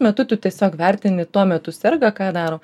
metu tu tiesiog vertini tuo metu serga ką daro